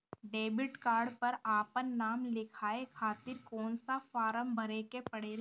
Debit card पर आपन नाम लिखाये खातिर कौन सा फारम भरे के पड़ेला?